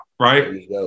Right